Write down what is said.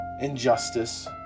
injustice